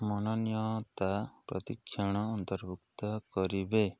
ମନୋନୀୟତା ପ୍ରତିକ୍ଷଣ ଅନ୍ତର୍ଭୁକ୍ତ କରିବେ